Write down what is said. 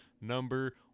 number